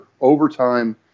overtime